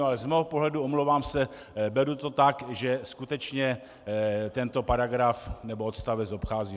Ale z mého pohledu, omlouvám se, beru to tak, že skutečně tento paragraf nebo odstavec obcházíme.